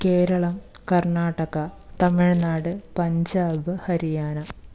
Keralam Karnataka Tamil Nadu Punjab Haryana